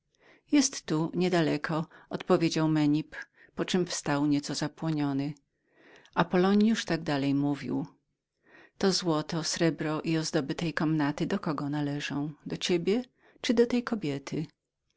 jest tu niedaleko odpowiedział menip poczem wstał nieco zapłoniony apollonius tak dalej mówił to złoto srebro i ozdoby tej komnaty do kogo należą do ciebie czy do tej kobiety